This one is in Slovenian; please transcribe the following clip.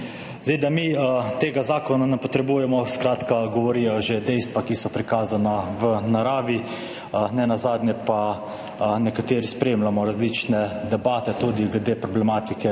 Da mi tega zakona ne potrebujemo, govorijo že dejstva, ki so prikazana v naravi, nenazadnje pa nekateri tudi spremljamo različne debate glede problematike omrežja